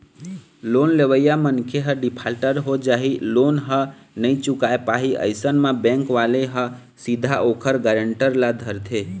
loan लेवइया मनखे ह डिफाल्टर हो जाही लोन ल नइ चुकाय पाही अइसन म बेंक वाले ह सीधा ओखर गारेंटर ल धरथे